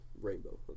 Rainbow